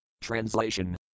Translation